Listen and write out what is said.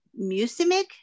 Musimic